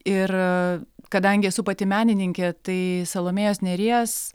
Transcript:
ir kadangi esu pati menininkė tai salomėjos nėries